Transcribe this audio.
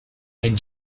and